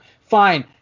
Fine